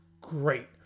great